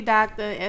Doctor